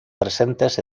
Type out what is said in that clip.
presentes